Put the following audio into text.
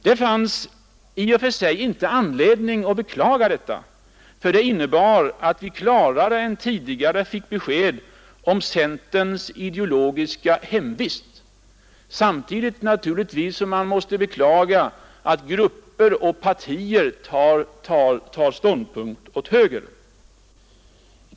Det fanns inte anledning att beklaga detta i och för sig, för det innebar att vi klarare än tidigare fick besked om centerns ideologiska hemvist, men man måste naturligtvis beklaga att grupper och partier tar ställning åt höger.